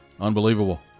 Unbelievable